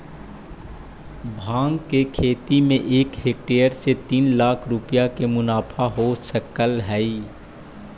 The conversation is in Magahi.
भाँग के खेती में एक हेक्टेयर से तीन लाख रुपया के मुनाफा हो सकऽ हइ